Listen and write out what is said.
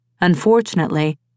Unfortunately